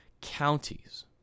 counties